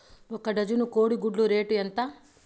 ఒక డజను కోడి గుడ్ల రేటు ఎంత?